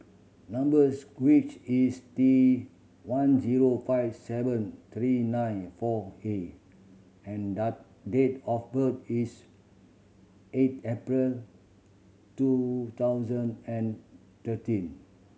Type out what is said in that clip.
number is T one zero five seven three nine four A and date of birth is eight April two thousand and thirteen